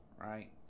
right